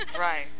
Right